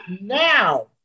now